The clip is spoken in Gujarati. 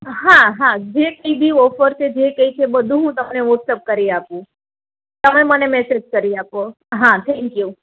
હા હા જે કંઈ બી ઓફર છે જે કંઈ છે બધું હું તમને વોટ્સઅપ કરી આપું તમે મને મેસેજ કરી આપો હા થેન્ક યૂ